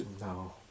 No